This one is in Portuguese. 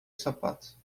sapato